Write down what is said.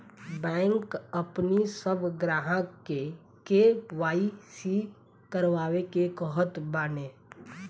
bank अपनी सब ग्राहकन के के.वाई.सी करवावे के कहत बाने